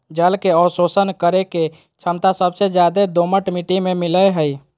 जल के अवशोषण करे के छमता सबसे ज्यादे दोमट मिट्टी में मिलय हई